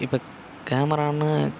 இப்போ கேமரானு